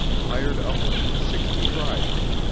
hired upwards of sixty riders,